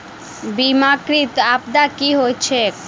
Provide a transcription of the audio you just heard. बीमाकृत आपदा की होइत छैक?